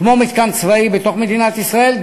כמו מתקן צבאי בתוך מדינת ישראל.